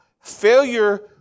failure